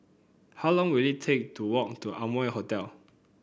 how long will it take to walk to Amoy Hotel